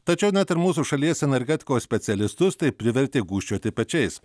tačiau net ir mūsų šalies energetikos specialistus tai privertė gūžčioti pečiais